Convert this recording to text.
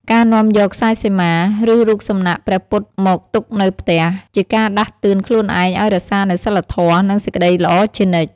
ការនាំយកខ្សែសីមា ឬរូបសំណាកព្រះពុទ្ធមកទុកនៅផ្ទះ ជាការដាស់តឿនខ្លួនឯងឱ្យរក្សានូវសីលធម៌ និងសេចក្តីល្អជានិច្ច